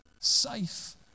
Safe